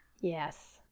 yes